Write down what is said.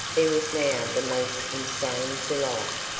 there was now the most insane delight.